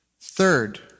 third